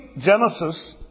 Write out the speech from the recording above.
Genesis